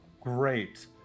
Great